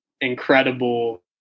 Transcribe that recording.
incredible